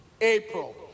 April